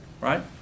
right